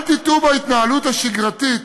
אל תטעו בהתנהלות השגרתית